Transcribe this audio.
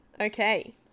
okay